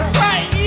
right